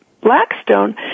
Blackstone